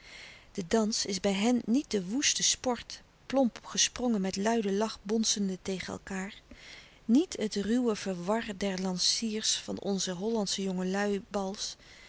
de dans is bij hen niet de woeste sport plomp gesprongen met luiden lach bonsende tegen elkaâr niet het ruwe verwar der lanciers van onze hollandsche jongenlui bals maar